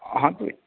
हाँ कोई